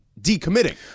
decommitting